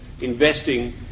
investing